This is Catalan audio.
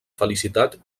felicitat